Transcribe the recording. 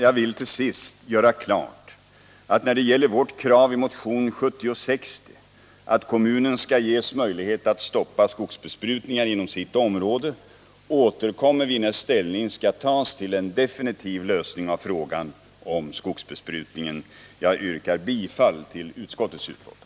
Jag vill till sist göra klart att när det gäller vårt krav i motion 1760 att kommunen skall ges möjlighet att stoppa skogsbesprutningar inom sitt område återkommer vi när ställning skall tas till en definitiv lösning av frågan om skogsbesprutningen. Jag yrkar bifall till utskottets hemställan.